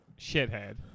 shithead